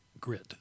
grit